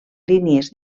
línies